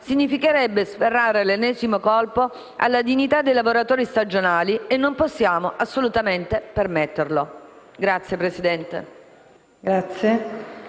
significherebbe sferrare l'ennesimo colpo alla dignità dei lavoratori stagionali e non possiamo assolutamente permetterlo. *(Applausi